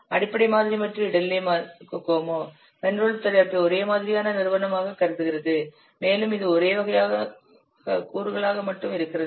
அடிப்படை மாதிரி மற்றும் இடைநிலை கோகோமோ மென்பொருள் தயாரிப்பை ஒரே மாதிரியான நிறுவனமாகக் கருதுகிறது மேலும் இது ஒரே வகையாக கூறுகளாக மட்டுமே கருதுகிறது